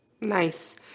Nice